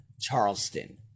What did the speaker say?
Charleston